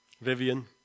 Vivian